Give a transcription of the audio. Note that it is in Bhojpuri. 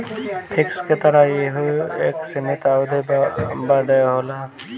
फिक्स के तरह यहू एक सीमित अवधी बदे होला